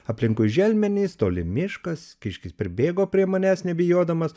aplinkui želmenys toli miškas kiškis pribėgo prie manęs nebijodamas